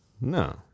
No